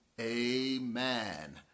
Amen